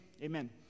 amen